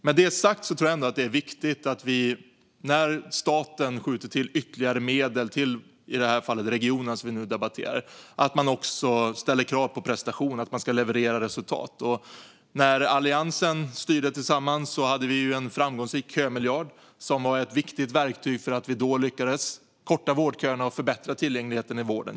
Med det sagt tror jag ändå att det när staten skjuter till ytterligare medel till i det här fallet regionerna, som vi nu debatterar, är viktigt att man också ställer krav på prestation att de ska leverera resultat. När Alliansen styrde tillsammans hade vi en framgångsrik kömiljard. Det var ett viktigt verktyg för att vi då lyckades korta vårdköerna och förbättra tillgängligheten i vården.